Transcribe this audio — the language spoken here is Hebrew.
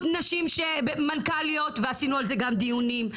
נשים מנכ"ליות ועשינו על זה גם דיונים,